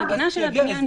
בגינה של הבניין שלו.